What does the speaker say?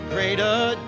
Greater